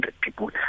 people